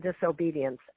disobedience